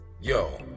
Yo